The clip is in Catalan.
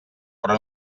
però